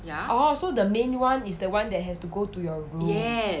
oh so the main [one] is the one that has to go to your room